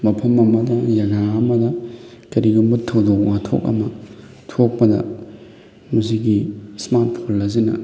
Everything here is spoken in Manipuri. ꯃꯐꯝ ꯑꯃꯗ ꯖꯒꯥ ꯑꯃꯗ ꯀꯔꯤꯒꯨꯝꯕ ꯊꯧꯗꯣꯛ ꯋꯥꯊꯣꯛ ꯑꯃ ꯊꯣꯛꯄꯗ ꯃꯁꯤꯒꯤ ꯏꯁꯃꯥꯔꯠ ꯐꯣꯟ ꯑꯁꯤꯅ